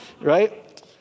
right